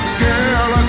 girl